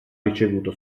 ricevuto